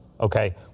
Okay